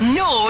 no